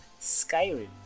Skyrim